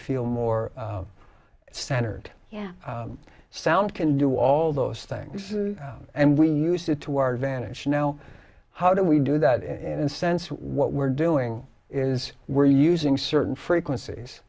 feel more centered yeah sound can do all those things and we use it to our advantage now how do we do that and in sense what we're doing is we're using certain frequencies